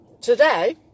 today